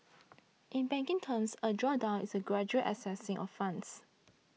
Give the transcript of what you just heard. in banking terms a drawdown is a gradual accessing of funds